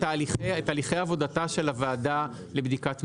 תהליכי עבודתה של הוועדה לבדיקת מינויים,